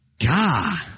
God